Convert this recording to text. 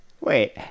Wait